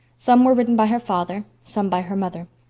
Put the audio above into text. some were written by her father, some by her mother.